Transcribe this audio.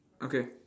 okay